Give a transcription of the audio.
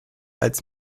als